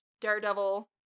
Daredevil